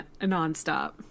nonstop